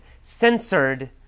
censored